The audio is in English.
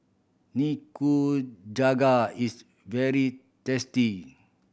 nikujaga is very tasty